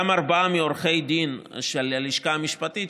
ארבעה מעורכי הדין של הלשכה המשפטית,